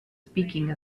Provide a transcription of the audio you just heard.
speaking